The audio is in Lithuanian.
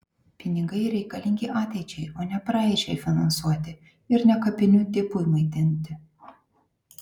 pinigai reikalingi ateičiai o ne praeičiai finansuoti ir ne kapinių tipui maitinti